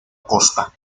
costa